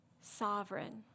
sovereign